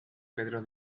pedro